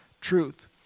truth